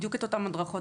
בדיוק את אותן הדרכות,